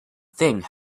thing